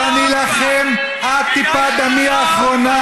אבל אני אילחם עד טיפת דמי האחרונה,